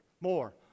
more